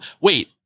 wait